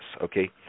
okay